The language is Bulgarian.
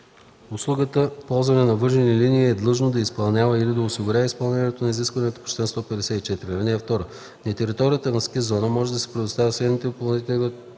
услугата ползване на въжени линии и е длъжно да изпълнява или да осигури изпълнението на изискванията на чл.